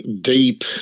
deep